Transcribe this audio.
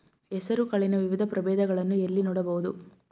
ಹೆಸರು ಕಾಳಿನ ವಿವಿಧ ಪ್ರಭೇದಗಳನ್ನು ಎಲ್ಲಿ ನೋಡಬಹುದು?